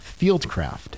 fieldcraft